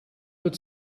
good